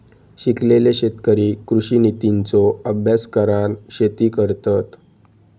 शिकलेले शेतकरी कृषि नितींचो अभ्यास करान शेती करतत